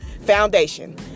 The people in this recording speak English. foundation